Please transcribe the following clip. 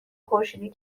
خورشیدی